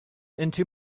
into